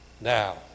now